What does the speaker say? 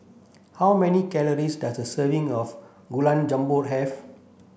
how many calories does a serving of Gulab Jamun have